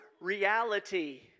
Reality